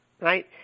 right